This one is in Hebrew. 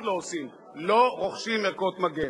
אני חוזר ואומר: אין ערכות מגן.